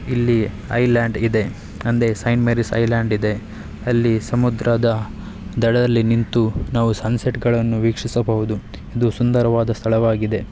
ಇಲ್ಲಿ ಐಲ್ಯಾಂಡ್ ಇದೆ ಅಂದರೆ ಸೈಂಟ್ ಮೆರೀಸ್ ಐಲ್ಯಾಂಡ್ ಇದೆ ಅಲ್ಲಿ ಸಮುದ್ರದ ದಡದಲ್ಲಿ ನಿಂತು ನಾವು ಸನ್ಸೆಟ್ಗಳನ್ನು ವೀಕ್ಷಿಸಬಹುದು ಇದು ಸುಂದರವಾದ ಸ್ಥಳವಾಗಿದೆ